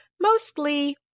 mostly